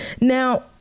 now